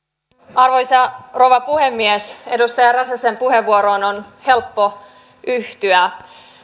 arvoisa rouva puhemies edustaja räsäsen puheenvuoroon on helppo yhtyä